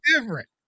different